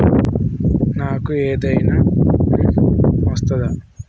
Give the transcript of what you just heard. నాకు ఏదైనా లోన్ వస్తదా?